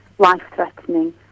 life-threatening